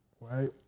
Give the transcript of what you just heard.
right